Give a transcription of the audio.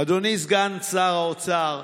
אדוני סגן שר האוצר,